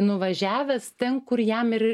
nuvažiavęs ten kur jam ir